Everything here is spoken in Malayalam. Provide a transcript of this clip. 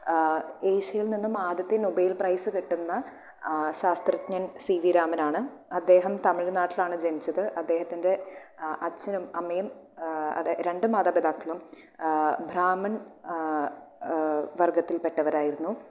ഏഷ്യയിൽ നിന്നും ആദ്യത്തെ നോബെൽ പ്രൈസ് കിട്ടുന്ന ശാത്രജ്ഞൻ സി വി രാമനാണ് അദ്ദേഹം തമിഴ്നാട്ടിലാണ് ജനിച്ചത് അദ്ദേഹത്തിന്റെ അച്ഛനും അമ്മയും രണ്ടു മാതാപിതാക്കളും ബ്രഹ്മൺ വർഗ്ഗത്തിൽപെട്ടവരായിരുന്നു